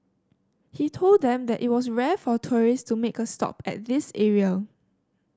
he told them that it was rare for tourist to make a stop at this area